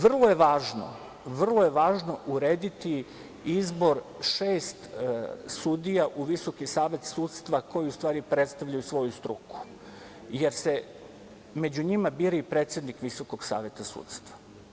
Vrlo je važno urediti izbor šest sudija u Visoki savet sudstva koji u stvari predstavljaju svoju struku, jer se među njima bira i predsednik Visokog saveta sudstva.